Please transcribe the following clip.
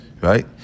right